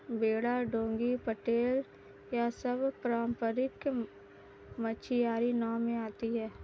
बेड़ा डोंगी पटेल यह सब पारम्परिक मछियारी नाव में आती हैं